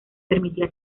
permitía